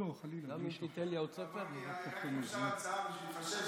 מר מרגי, רק אם אפשר הצעה, כדי להתחשב